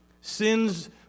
Sin's